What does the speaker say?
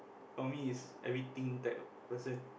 for me it's everything type of person